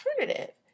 alternative